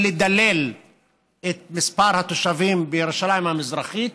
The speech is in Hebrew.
לדלל את מספר התושבים בירושלים המזרחית